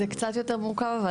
זה קצת יותר מורכב אבל.